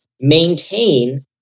maintain